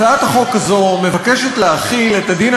הצעת החוק הזו מבקשת להחיל את הדין